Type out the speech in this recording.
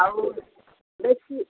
ଆଉ ବେଶୀ